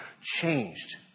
changed